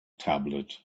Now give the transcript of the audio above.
tablet